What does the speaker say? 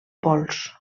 pols